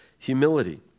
Humility